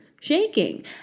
Shaking